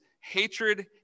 hatred